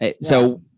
So-